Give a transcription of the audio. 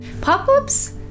Pop-ups